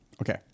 okay